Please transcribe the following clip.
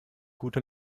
gute